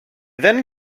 then